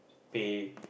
pay